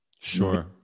Sure